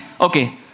Okay